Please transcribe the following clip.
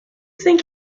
think